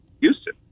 Houston